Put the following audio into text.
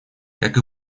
как